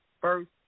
first